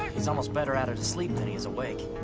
he's almost better at it asleep then he is awake.